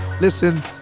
listen